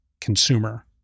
consumer